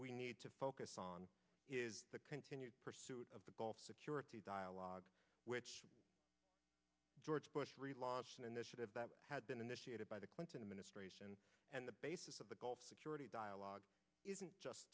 we need to focus on is the continued pursuit of the gulf security dialogue which george bush relaunched an initiative that had been initiated by the clinton administration and the basis of the gulf security dialogue isn't just